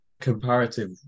comparative